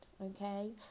okay